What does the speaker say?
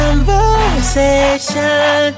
Conversation